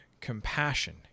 compassion